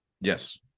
Yes